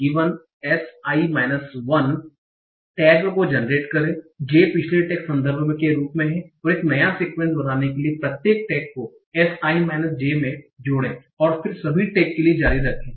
si 1 tag को generate करें j पिछले टैग संदर्भ के रूप में हैं और एक नया सीक्वेंस बनाने के लिए प्रत्येक टैग को si j में जोड़ें और फिर सभी टैग के लिए जारी रखें